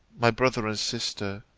my brother and sister,